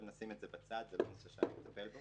אבל נשים את זה בצד, זה לא נושא שאני מטפל בו.